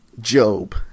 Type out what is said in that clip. Job